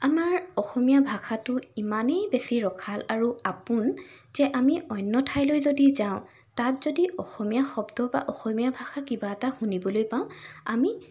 আমাৰ অসমীয়া ভাষাটো ইমানেই বেছি ৰসাল আৰু আপোন যে আমি অন্য ঠাইলৈ যদি যাওঁ তাত যদি অসমীয়া শব্দ বা অসমীয়া ভাষা কিবা এটা শুনিবলৈ পাওঁ আমি